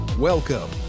Welcome